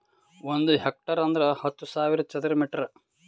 ಒಂದ್ ಹೆಕ್ಟೇರ್ ಅಂದರ ಹತ್ತು ಸಾವಿರ ಚದರ ಮೀಟರ್